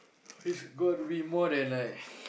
it's gotta be more than like